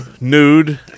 nude